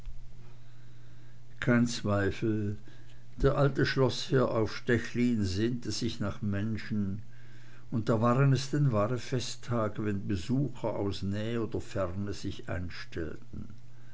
kein zweifel der alte schloßherr auf stechlin sehnte sich nach menschen und da waren es denn wahre festtage wenn besucher aus näh oder ferne sich einstellten